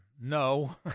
No